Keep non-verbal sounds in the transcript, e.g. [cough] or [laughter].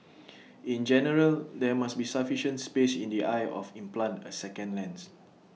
[noise] in general there must be sufficient space in the eye of implant A second lens